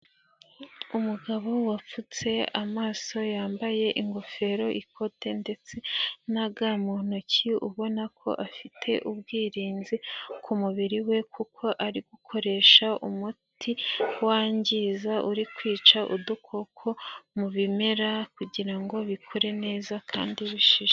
Umugabo wapfutse amaso yambaye ingofero, ikote ndetse na ga mu ntoki ubona ko afite ubwirinzi ku mubiri we kuko ari gukoresha umuti wangiza, uri kwica udukoko mu bimera kugira ngo bikure neza kandi bishishe.